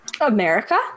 America